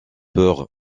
peur